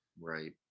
right